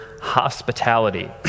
hospitality